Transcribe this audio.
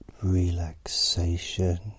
relaxation